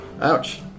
Ouch